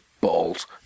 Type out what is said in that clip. balls